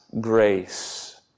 grace